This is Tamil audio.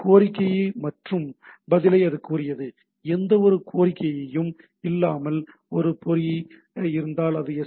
கோரிக்கை மற்றும் பதிலை அது கூறியது எந்தவொரு கோரிக்கையும் இல்லாமல் ஒரு பொறி இருந்தால் அது எஸ்